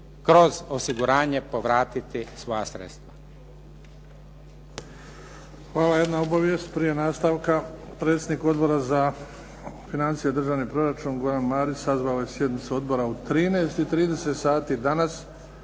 kroz osiguranje povratiti svoja sredstva.